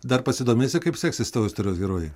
dar pasidomėsi kaip seksis tavo istorijos herojei